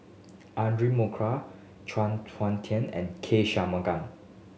Audra Morrice Chuang Hui Tsuan and K Shanmugam